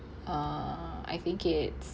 uh I think it's